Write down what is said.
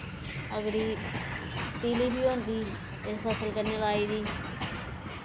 अगड़ी तिली बी होंदी इस फसल कन्नै लाई दी